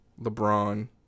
LeBron